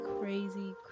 crazy